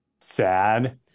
sad